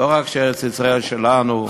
לא רק שארץ-ישראל שלנו,